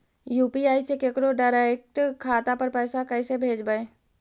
UPI से केकरो direct खाता पर पैसा कैसे भेजबै?